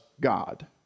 God